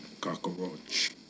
cockroach